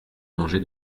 mangé